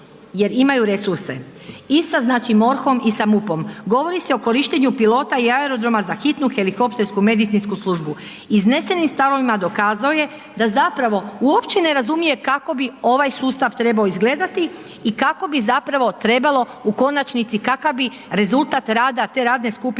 jer imaju resurse i sa znači MORH-om i sa MUP-om, govori se o korištenju pilota i aerodroma za hitnu helikoptersku, medicinsku službu. Iznesenim stavovima dokazao je da zapravo uopće ne razumije kako bi ovaj sustav trebao izgledati i kako bi zapravo trebalo u konačnici, kakav bi rezultat rada te radne skupine